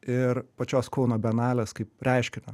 ir pačios kauno bienalės kaip reiškinio